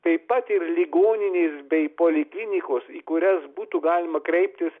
taip pat ir ligoninės bei poliklinikos į kurias būtų galima kreiptis